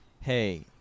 hey